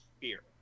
fear